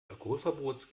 alkoholverbots